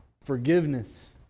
forgiveness